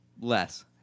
Less